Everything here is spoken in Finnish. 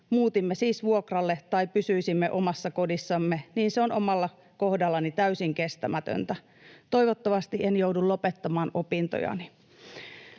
muutimme siis vuokralle tai pysyisimme omassa kodissamme, niin se on omalla kohdallani täysin kestämätöntä. Toivottavasti en joudu lopettamaan opintojani.”